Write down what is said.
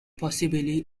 possibly